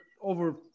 over